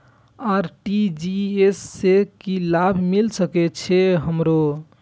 RTGS से की लाभ मिल सके छे हमरो?